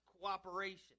Cooperation